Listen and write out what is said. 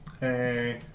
Hey